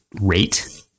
rate